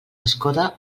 escoda